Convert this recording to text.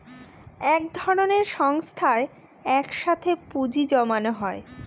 এক ধরনের সংস্থায় এক সাথে পুঁজি জমানো হয়